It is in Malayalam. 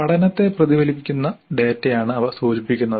പഠനത്തെ പ്രതിഫലിപ്പിക്കുന്ന ഡാറ്റയാണ് അവ സൂചിപ്പിക്കുന്നത്